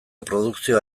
produkzioa